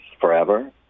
forever